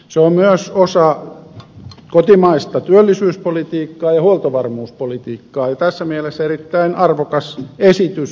se on myös osa kotimaista työllisyyspolitiikkaa ja huoltovarmuuspolitiikkaa ja tässä mielessä erittäin arvokas esitys